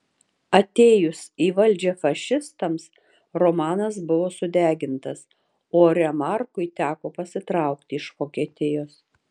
atėjus į valdžią fašistams romanas buvo sudegintas o remarkui teko pasitraukti iš vokietijos